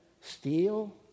steal